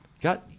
Got